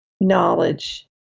knowledge